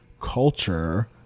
culture